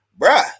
bruh